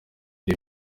iri